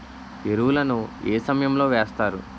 ఎరువుల ను ఏ సమయం లో వేస్తారు?